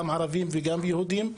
גם ערבים וגם יהודים.